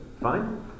fine